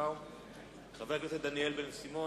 חבר הכנסת דניאל בן-סימון,